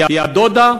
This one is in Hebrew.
היא הדודה?